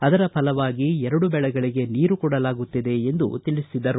ಅದರ ಫಲವಾಗಿ ಎರಡು ಬೆಳೆಗಳಿಗೆ ನೀರು ಕೊಡಲಾಗುತ್ತಿದೆ ಎಂದು ತಿಳಿಸಿದರು